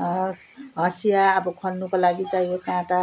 हँसिया अब खन्नुको लागि चाहियो काँटा